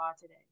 today